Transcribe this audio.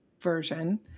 version